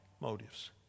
motives